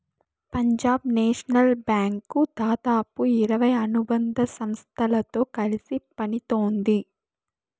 Punjab national bank దాదాపు ఇరవై అనుబంధ సంస్థలతో కలిసి పనిత్తోంది